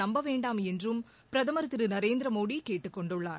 நம்பவேண்டாம் என்றும் பிரதமர் திரு நரேந்திரமோடி கேட்டுக்கொண்டுள்ளார்